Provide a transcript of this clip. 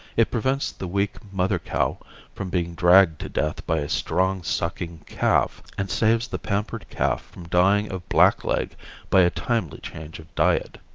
it prevents the weak mother cow from being dragged to death by a strong sucking calf and saves the pampered calf from dying of blackleg by a timely change of diet.